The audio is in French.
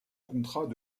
contrats